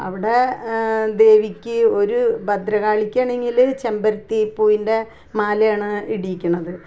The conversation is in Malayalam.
അവിടെ ദേവിക്ക് ഒരു ഭദ്രകാളിക്ക് ആണെങ്കിൽ ചെമ്പരത്തിപ്പൂവിൻ്റെ മാലയാണ് ഇടിയിക്കുന്നത്